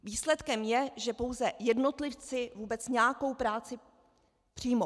Výsledkem je, že pouze jednotlivci vůbec nějakou práci přijmou.